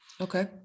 Okay